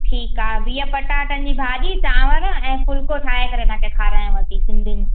ठीकु आहे बिह पटाटनि जी भाॼी चांवर ऐं फुलिको ठाहे करे तव्हांखे खारायांव थी सिंधियुनि